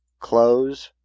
close.